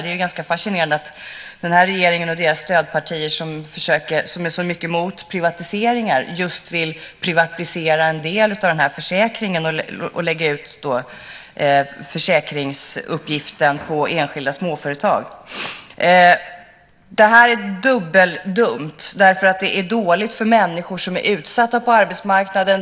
Det är ganska fascinerande att den här regeringen och deras stödpartier som är så mycket emot privatiseringar vill privatisera en del av den här försäkringen och lägga ut försäkringsuppgiften på enskilda småföretag. Det här är dubbeldumt. Det är dåligt för människor som är utsatta på arbetsmarknaden.